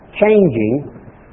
changing